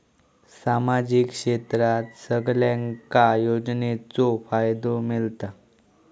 सामाजिक क्षेत्रात सगल्यांका योजनाचो फायदो मेलता?